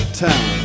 town